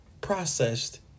processed